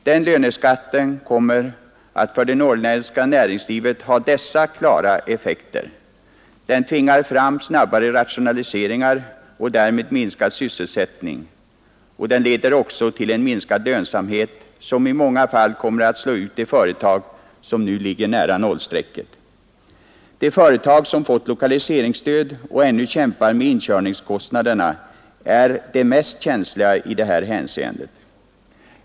Den löneskatten kommer för det norrländska näringslivet att ha dessa klara effekter: Den tvingar fram snabbare rationaliseringar och därmed minskad sysselsättning, och den leder också till en minskad lönsamhet, som i många fall kommer att slå ut de företag som nu ligger nära nollstrecket. De företag som har fått lokaliseringsstöd och ännu kämpar med inkörningskostnaderna är de mest känsliga i detta hänseende.